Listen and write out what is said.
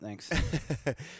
Thanks